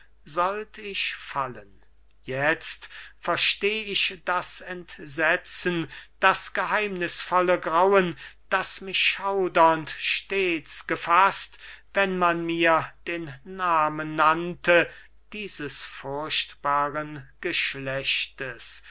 sollt ich fallen jetzt versteh ich das entsetzen das geheimnißvolle grauen das mich schaudernd stets gefaßt wenn man mir den namen nannte dieses furchtbaren geschlechtes